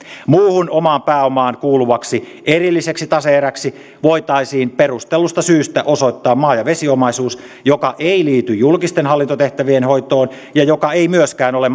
muuhun omaan pääomaan kuuluvaksi erilliseksi tase eräksi voitaisiin perustellusta syystä osoittaa maa ja vesiomaisuus joka ei liity julkisten hallintotehtävien hoitoon ja joka ei myöskään ole